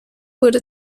wurde